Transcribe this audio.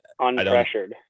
Unpressured